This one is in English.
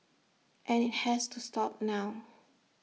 and IT has to stop now